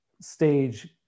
stage